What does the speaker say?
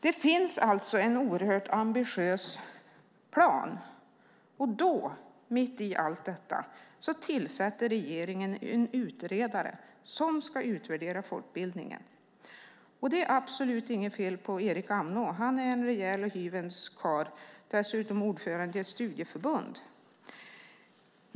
Det finns alltså en oerhört ambitiös plan. Mitt i allt detta tillsätter regeringen en utredare som ska utvärdera folkbildningen. Det är absolut inget fel på Erik Amnå. Han är en rejäl och hyvens karl, dessutom ordförande i ett studieförbund.